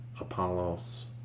Apollos